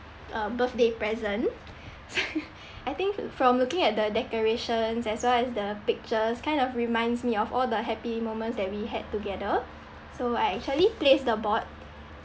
uh birthday present so I think from looking at the decorations as well as the pictures kind of reminds me of all the happy moments that we had together so I actually placed the board